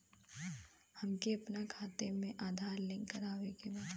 हमके अपना खाता में आधार लिंक करावे के बा?